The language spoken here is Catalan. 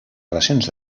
relacions